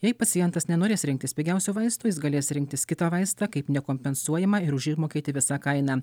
jei pacientas nenorės rinktis pigiausių vaistų jis galės rinktis kitą vaistą kaip nekompensuojamą ir už mokėti visą kainą